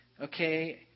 okay